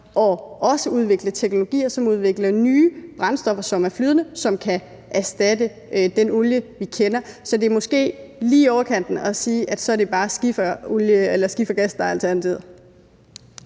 for også at udvikle teknologier, som udvikler nye brændstoffer, som er flydende, og som kan erstatte den olie, vi kender. Så det er måske lige i overkanten at sige, at så er det bare skifferolie eller skiffergas, der er alternativet.